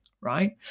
right